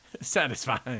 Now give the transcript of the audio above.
satisfying